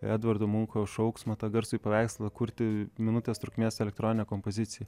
edvardo munko šauksmą tą garsųjį paveikslą kurti minutės trukmės elektroninę kompoziciją